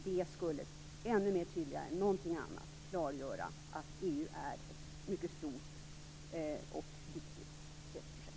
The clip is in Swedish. Det skulle tydligare än någonting annat klargöra att EU är ett mycket stort och viktigt fredsprojekt.